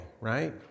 right